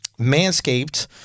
manscaped